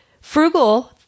Frugal